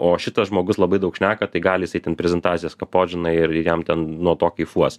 o šitas žmogus labai daug šneka tai gali jisai ten prezentacijas kapot žinai ir ir jam ten nuo to kaifuos